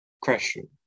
question